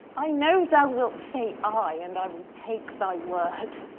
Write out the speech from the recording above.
i know thou wilt say ay, and i will take thy word